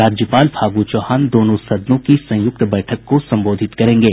राज्यपाल फागू चौहान दोनों सदनों की संयुक्त बैठक को संबोधित करेंगे